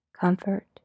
comfort